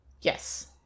Yes